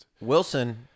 Wilson